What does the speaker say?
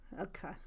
okay